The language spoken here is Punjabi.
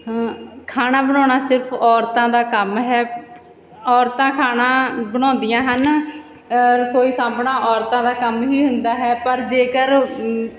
ਹਾ ਖਾਣਾ ਬਣਾਉਂਣਾ ਸਿਰਫ਼ ਔਰਤਾਂ ਦਾ ਕੰਮ ਹੈ ਔਰਤਾਂ ਖਾਣਾ ਬਣਾਉਂਦੀਆਂ ਹਨ ਰਸੋਈ ਸਾਂਭਣਾ ਔਰਤਾਂ ਦਾ ਕੰਮ ਹੀ ਹੁੰਦਾ ਹੈ ਪਰ ਜੇਕਰ